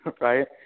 right